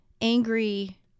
angry